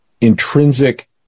intrinsic